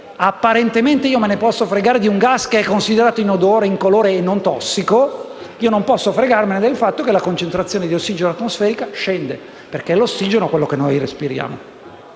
apparentemente io me ne posso fregare di un gas che è considerato inodore, incolore e non tossico, non posso fregarmene del fatto che la concentrazione di ossigeno atmosferica scende, perché è l'ossigeno quello che noi respiriamo.